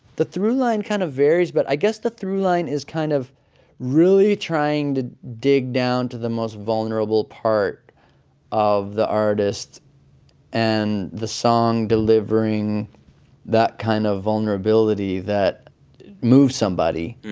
the throughline kind of varies. but i guess the through line is kind of really trying to dig down to the most vulnerable part of the artist and the song, delivering that kind of vulnerability that moves somebody,